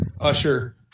usher